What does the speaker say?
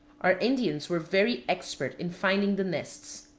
our indians were very expert in finding the nests.